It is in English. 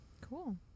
Cool